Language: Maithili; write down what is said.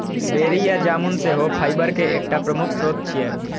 बेरी या जामुन सेहो फाइबर के एकटा प्रमुख स्रोत छियै